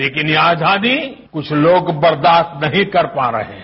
लेकिन यह आजादी कुछ लोग बर्दाश्त नहीं कर पा रहे हैं